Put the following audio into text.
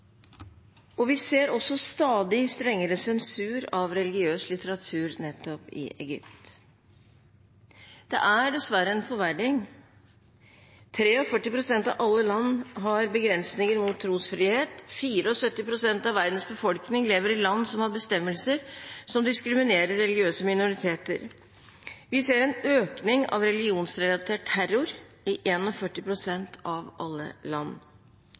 minoriteten. Vi ser også stadig strengere sensur av religiøs litteratur nettopp i Egypt. Det er dessverre en forverring. 43 pst. av alle land har begrensninger i trosfrihet. 74 pst. av verdens befolkning lever i land som har bestemmelser som diskriminerer religiøse minoriteter. Vi ser en økning av religionsrelatert terror i 41 pst. av alle land.